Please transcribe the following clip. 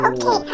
Okay